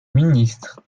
ministre